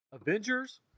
Avengers